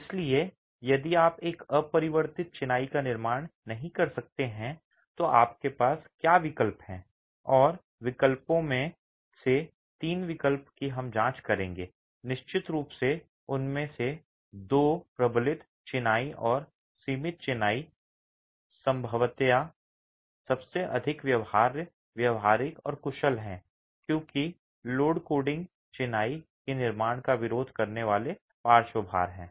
इसलिए यदि आप एक अपरिवर्तित चिनाई का निर्माण नहीं कर सकते हैं तो आपके पास क्या विकल्प हैं और विकल्पों में से तीन विकल्पों की हम जांच करेंगे निश्चित रूप से उनमें से दो प्रबलित चिनाई और सीमित चिनाई संभवतया सबसे अधिक व्यवहार्य व्यावहारिक और कुशल हैं क्योंकि लोड लोडिंग चिनाई के निर्माण का विरोध करने वाले पार्श्व भार हैं